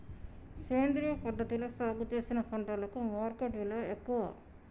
సేంద్రియ పద్ధతిలా సాగు చేసిన పంటలకు మార్కెట్ విలువ ఎక్కువ